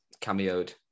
cameoed